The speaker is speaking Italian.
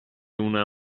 una